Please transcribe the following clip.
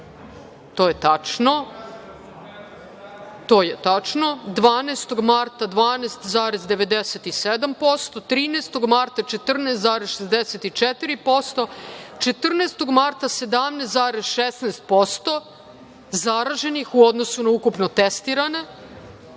to je tačno, 12. marta 12,97%, 13. marta 14,64%, 14. marta 17,16% zaraženih u odnosu na ukupno testirane